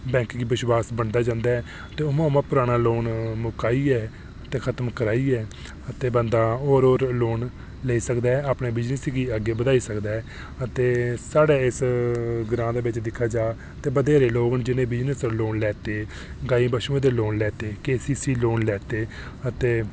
ते जियां जियां बैंक गी विश्वास बनदा जंदा ऐ ते उआं उआं ते खत्म कराइयै ते बंदा होर होर लोन लेई सकदा ऐ ते अपने बिज़नेस गी अग्गै बधाई सकदा ऐ ते साढ़े इस ग्रांऽ दे बिच दिक्खेआ जा ते बत्हेरे लोक न जिनें बिज़नेस दे लोन लैते दे न गाय बच्छुऐं दे लोन लैते दे ते किस किस चीज़ दे लोन लैते दे